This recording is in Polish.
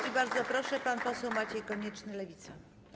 I bardzo proszę, pan poseł Maciej Konieczny, Lewica.